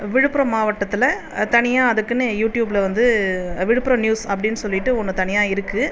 விழுப்புரம் மாவட்டத்தில் தனியாக அதுக்குன்னு யூட்யூப்பில் வந்து விழுப்புரம் நியூஸ் அப்படின்னு சொல்லிட்டு ஒன்று தனியாக இருக்குது